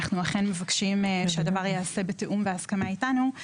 אנחנו אכן מבקשים שהדבר ייעשה בתיאום והסכמה איתנו.